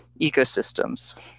ecosystems